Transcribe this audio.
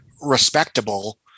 respectable